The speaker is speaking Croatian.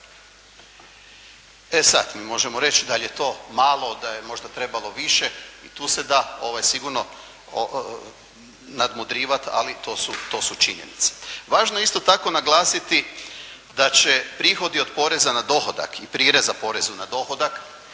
E sad, mi možemo reći da je to malo, da je možda trebalo više. I tu se da sigurno nadmudrivati, ali to su činjenice. Važno je isto tako naglasiti da će prihodi od poreza na dohodak i prireza porezu na dohodak